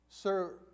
Sir